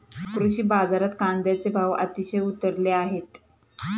कृषी बाजारात कांद्याचे भाव अतिशय उतरले आहेत